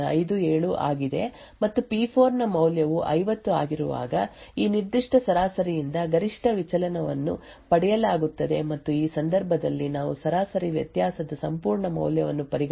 57 ಆಗಿದೆ ಮತ್ತು ಪಿ4 ನ ಮೌಲ್ಯವು 50 ಆಗಿರುವಾಗ ಈ ನಿರ್ದಿಷ್ಟ ಸರಾಸರಿಯಿಂದ ಗರಿಷ್ಠ ವಿಚಲನವನ್ನು ಪಡೆಯಲಾಗುತ್ತದೆ ಮತ್ತು ಈ ಸಂದರ್ಭದಲ್ಲಿ ನಾವು ಸರಾಸರಿ ವ್ಯತ್ಯಾಸದ ಸಂಪೂರ್ಣ ಮೌಲ್ಯವನ್ನು ಪರಿಗಣಿಸಿ ಮತ್ತು ಆದ್ದರಿಂದ ಅದು 6